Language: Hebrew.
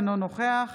אינו נוכח